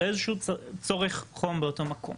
לאיזשהו צורך חום באותו מקום.